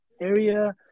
area